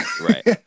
right